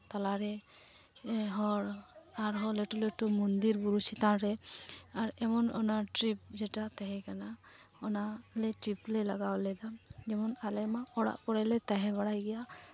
ᱛᱟᱞᱟᱨᱮ ᱦᱚᱲ ᱟᱨᱦᱚᱸ ᱞᱟᱹᱴᱩ ᱞᱟᱹᱴᱩ ᱢᱚᱱᱫᱤᱨ ᱵᱩᱨᱩ ᱪᱮᱛᱟᱱ ᱨᱮ ᱟᱨ ᱮᱢᱚᱱ ᱚᱱᱟ ᱴᱨᱤᱯ ᱡᱮᱴᱟ ᱛᱟᱦᱮᱸ ᱠᱟᱱᱟ ᱚᱱᱟᱞᱮ ᱴᱨᱤᱯ ᱞᱮ ᱞᱟᱜᱟᱣ ᱞᱮᱫᱟ ᱡᱮᱢᱚᱱ ᱟᱞᱮ ᱢᱟ ᱚᱲᱟᱜ ᱠᱚᱨᱮᱞᱮ ᱛᱟᱦᱮᱸ ᱵᱟᱲᱟᱭ ᱜᱮᱭᱟ